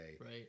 Right